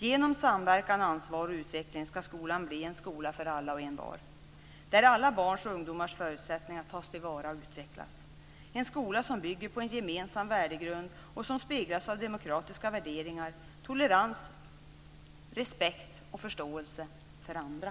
Genom samverkan, ansvar och utveckling ska skolan bli en skola för alla och envar där alla barns och ungdomars förutsättningar tas till vara och utvecklas - en skola som bygger på en gemensam värdegrund och som präglas av demokratiska värderingar, tolerans, respekt och förståelse för andra.